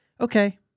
okay